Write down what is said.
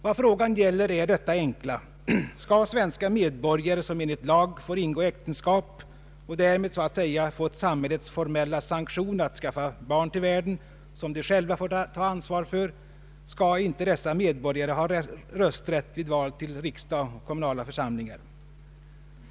Vad frågan gäller är detta enkla: Skall svenska medborgare, som enligt lag får ingå äktenskap och därmed så att säga fått samhällets formella sanktion att skaffa barn till världen som de själva får ta ansvaret för, inte ha rösträtt vid val till riksdag och kommunala församlingar?